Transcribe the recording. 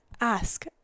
ask